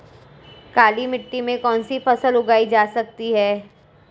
काली मिट्टी में कौनसी फसल उगाई जा सकती है?